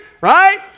right